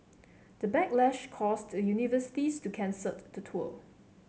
the backlash caused the universities to cancel the tour